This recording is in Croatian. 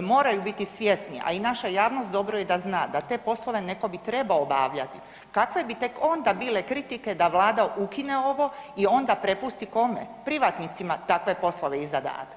moraju biti svjesni, a i naša javnost dobro je da zna da te poslove neko bi trebao obavljati, kakve bi tek onda bile kritike da vlada ukine ovo i onda prepusti kome, privatnicima takve poslove i zadatke.